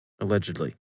Allegedly